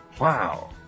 Wow